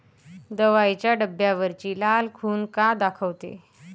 दवाईच्या डब्यावरची लाल खून का दाखवते?